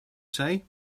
say